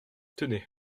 tenez